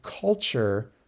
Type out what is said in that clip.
culture